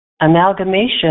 amalgamation